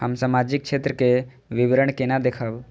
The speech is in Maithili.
हम सामाजिक क्षेत्र के विवरण केना देखब?